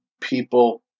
people